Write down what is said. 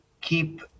keep